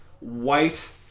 White